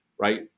right